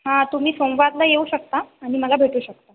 हा तुम्ही सोमवारला येऊ शकता आणी मला भेटू शकता